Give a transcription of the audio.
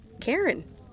Karen